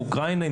אוקראינה,